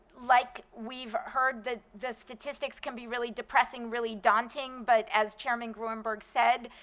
like we've heard, the the statistics can be really depressing, really daunting, but as chairman gruenberg said,